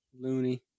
loony